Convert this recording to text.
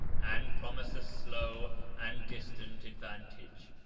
and promise a slow and distant advantage.